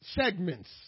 segments